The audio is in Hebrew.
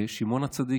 בשמעון הצדיק,